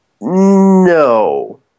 No